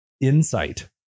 insight